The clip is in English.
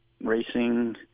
racing